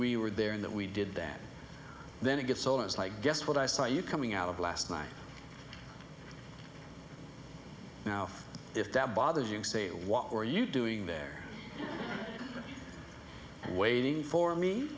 we were there in that we did that then it gets old it's like guess what i saw you coming out of last night now if that bothers you say what were you doing there waiting for me